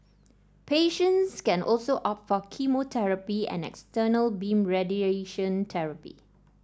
patients can also opt for chemotherapy and external beam radiation therapy